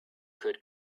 could